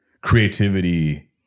creativity